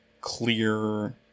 clear